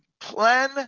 plan